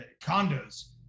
condos